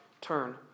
turn